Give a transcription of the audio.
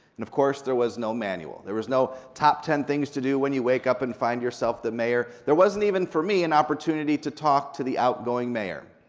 and of course, there was no manual. there was no top ten things to do when you wake up and find yourself the mayor. there wasn't even for me an opportunity to talk to the outgoing mayor.